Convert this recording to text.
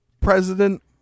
President